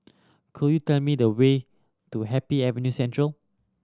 could you tell me the way to Happy Avenue Central